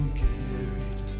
carried